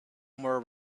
somewhere